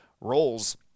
roles